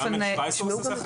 עמדתך נשמעה.